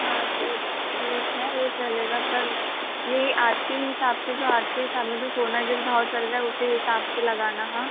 हाँ तो ठीक है वह चलेगा पर यही आज के हिसाब से जो आज के हिसाब में जो सोना जिस भाव चल रहा है उसी हिसाब से लगाना हाँ